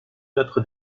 notre